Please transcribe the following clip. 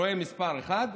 רואה מספר אחד,